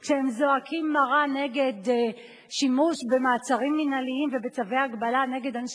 כשהם זועקים מרה נגד שימוש במעצרים מינהליים ובצווי הגבלה נגד אנשי